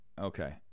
Okay